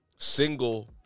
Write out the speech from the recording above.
Single